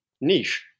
niche